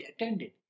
attended